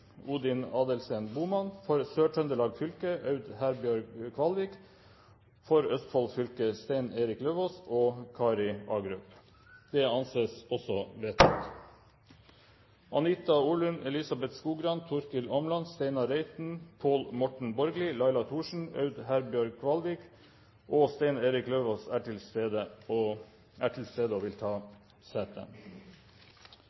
Odin Adelsten BohmannFor Sør-Trøndelag fylke: Aud Herbjørg KvalvikFor Østfold fylke: Stein Erik Lauvås og Kari Agerup Anita Orlund, Elizabeth Skogrand, Torkil Åmland, Steinar Reiten, Laila Thorsen, Aud Herbjørg Kvalvik og Stein Erik Lauvås er til stede og vil ta